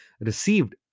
received